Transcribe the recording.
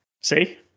See